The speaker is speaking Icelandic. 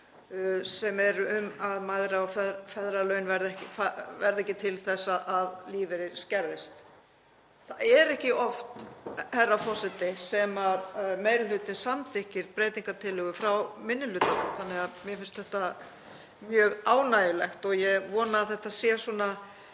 sem er um að mæðra- og feðralaun verði ekki til þess að lífeyrir skerðist. Það er ekki oft, herra forseti, sem meiri hlutinn samþykkir breytingartillögu frá minni hlutanum þannig að mér finnst þetta mjög ánægjulegt og ég vona að þetta sé